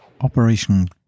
Operation